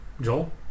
Joel